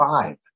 five